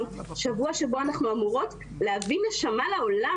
שבוע שבו אנחנו אמורות להביא נשמה לעולם.